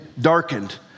darkened